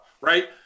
right